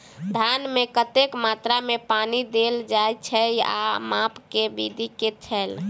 धान मे कतेक मात्रा मे पानि देल जाएँ छैय आ माप केँ विधि केँ छैय?